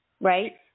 Right